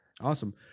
Awesome